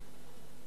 הם לפחות